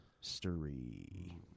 story